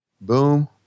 Boom